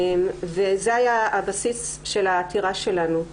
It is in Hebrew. זה היה בסיס לעתירה שלנו.